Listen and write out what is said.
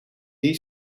die